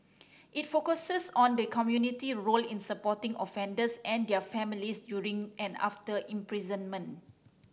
it focuses on the community role in supporting offenders and their families during and after imprisonment